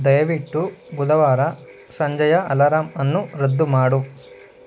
ದಯವಿಟ್ಟು ಬುಧವಾರ ಸಂಜೆಯ ಅಲಾರಮನ್ನು ರದ್ದುಮಾಡು